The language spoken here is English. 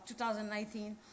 2019